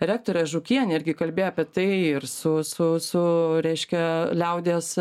rektore žukiene irgi kalbėję apie tai ir su su su reiškia liaudies